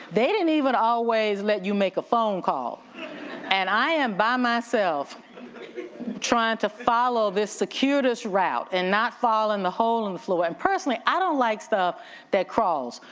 they didn't even always let you make a phone call and i am by myself trying to follow this, secure this route and not fall in the hole in the floor and personally i don't like stuff that crawls.